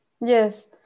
yes